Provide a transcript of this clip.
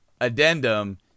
addendum